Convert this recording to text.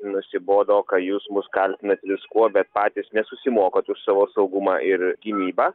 nusibodo ka jūs mus kaltinat viskuo bet patys nesusimokat už savo saugumą ir gynybą